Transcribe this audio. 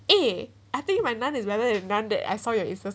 eh I think my naan is better than the naan that I saw your instastory